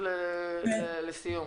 כמובן.